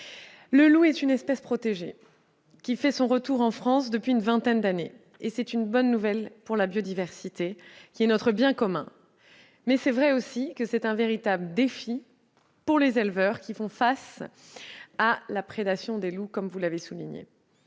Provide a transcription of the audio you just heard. Le loup est une espèce protégée, qui fait son retour en France depuis une vingtaine d'années. C'est une bonne nouvelle pour la biodiversité, qui est notre bien commun, mais c'est aussi un véritable défi pour les éleveurs qui font face à la prédation des loups. Dans ce contexte,